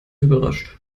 überrascht